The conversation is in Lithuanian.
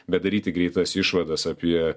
bet daryti greitas išvadas apie